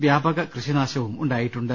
വ്യാപക കൃഷിനാശവും ഉണ്ടാ യിട്ടുണ്ട്